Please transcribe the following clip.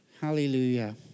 Hallelujah